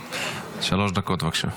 שלוש דקות, בבקשה.